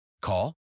Call